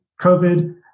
COVID